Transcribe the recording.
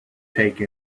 take